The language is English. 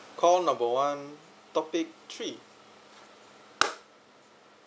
call number one topic three